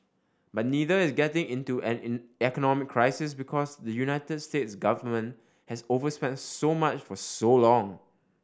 but neither is getting into an economic crisis because the United States government has overspent so much for so long